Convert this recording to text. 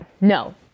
no